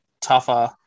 tougher